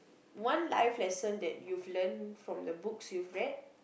one life lesson that you've learned from the books you've read